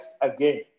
again